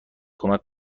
کمک